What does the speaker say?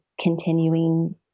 continuing